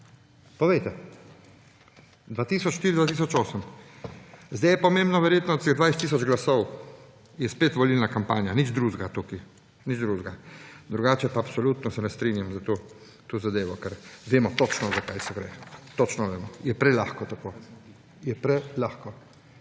Povejte, od 2004 do 2008. Zdaj je pomembno verjetno 20 tisoč glasov, je spet volilna kampanja, nič drugega tukaj, nič drugega. Drugače pa se absolutno ne strinjam s to zadevo, ker vemo točno, za kaj se gre. Točno vemo, je prelahko tako. Je prelahko.